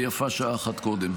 ויפה שעה אחת קודם.